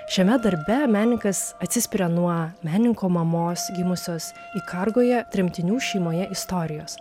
šiame darbe menininkas atsispiria nuo menininko mamos gimusios ikargoje tremtinių šeimoje istorijos